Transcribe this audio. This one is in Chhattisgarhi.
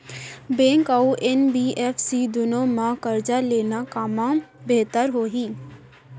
बैंक अऊ एन.बी.एफ.सी दूनो मा करजा लेना कामा बेहतर होही?